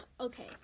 okay